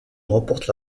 remporte